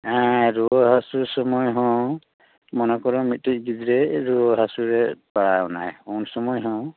ᱦᱮᱸ ᱨᱩᱭᱟᱹ ᱦᱟᱹᱥᱩ ᱥᱳᱢᱳᱭ ᱦᱚᱸ ᱢᱚᱱᱮ ᱠᱚᱨᱚ ᱢᱤᱫᱴᱮᱡ ᱜᱤᱫᱽᱨᱟᱹᱭ ᱨᱩᱭᱟᱹ ᱦᱟᱹᱥᱩ ᱨᱮᱭ ᱯᱟᱲᱟᱣ ᱮᱱᱟ ᱩᱱ ᱥᱳᱢᱳᱭ ᱦᱚᱸ